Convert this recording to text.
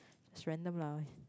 it's random lah